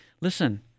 listen